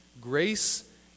grace